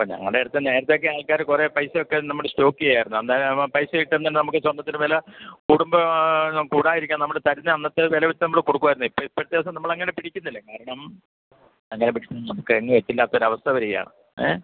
ഇപ്പം ഞങ്ങളുടെ അടുത്ത് നേരത്തെ ഒക്കെ ആള്ക്കാർ കുറേ പൈസയൊക്കെ നമ്മൾ സ്റ്റോക്കെയ്യാരുന്നു അന്നേരം ആകുമ്പം പൈസ ആയിട്ട് അങ്ങനെ നമുക്ക് സ്വര്ണ്ണത്തിന്റെ വില കൂടുംബം കൂടാതിരിക്കാന് നമ്മൾ തരുന്ന അന്നത്തെ വില വെച്ച് നമ്മൾ കൊടുക്കുവായിരുന്നു ഇപ്പം ഇപ്പോഴത്തെ നമ്മൾ അങ്ങനെ പിടിക്കുന്നില്ല കാരണം അങ്ങനെ പിടിക്കുമ്പം നമുക്ക് എങ്ങും എത്തില്ലാത്തൊരവസ്ഥ വരികയാണ് ഏ